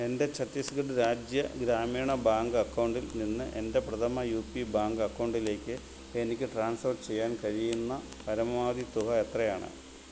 എൻ്റെ ഛത്തീസ്ഗഡ് രാജ്യ ഗ്രാമീണ ബാങ്ക് അക്കൗണ്ടിൽ നിന്ന് എൻ്റെ പ്രഥമ യു പി ബാങ്ക് അക്കൗണ്ടിലേക്ക് എനിക്ക് ട്രാൻസ്ഫർ ചെയ്യാൻ കഴിയുന്ന പരമാവധി തുക എത്രയാണ്